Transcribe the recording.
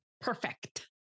Perfect